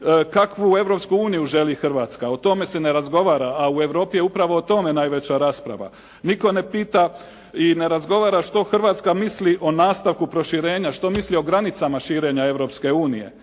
kakvu Europsku uniju želi Hrvatska? O tome se ne razgovara. A u Europi je upravo o tome najveća rasprava. Nitko ne pita i ne razgovara što Hrvatska misli o nastavku proširenja? Što misli o granicama širenja Europske unije?